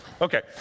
Okay